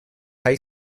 high